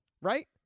right